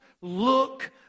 look